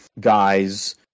guys